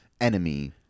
enemy